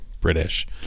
British